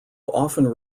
often